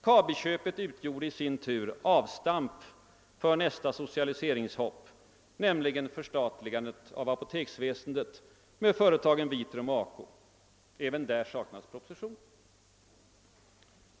Kabiköpet utgjorde i sin tur avstamp för nästa socialiseringshopp, nämligen förstatligandet av apoteksväsendet med företagen Vitrum och ACO. Även där saknas proposition.